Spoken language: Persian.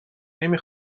نمی